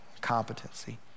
competency